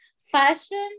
fashion